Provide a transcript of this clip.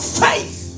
faith